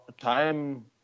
time